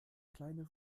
kleine